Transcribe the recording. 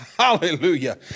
Hallelujah